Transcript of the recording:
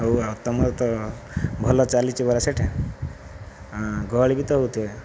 ହେଉ ଆଉ ଭଲ ଚାଲିଛି ପରା ସେଠି ହଁ ଗହଳି ବି ତ ହେଉଥିବେ